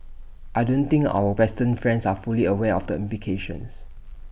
I don't think our western friends are fully aware of the implications